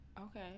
Okay